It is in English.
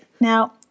Now